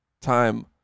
time